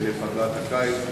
יושב-ראש ועדת הכלכלה,